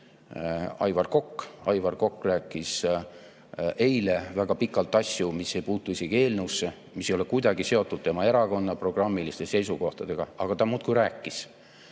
Aivar Kokk rääkis eile väga pikalt asju, mis ei puutu eelnõusse, mis ei ole kuidagi seotud tema erakonna programmiliste seisukohtadega, aga ta muudkui rääkis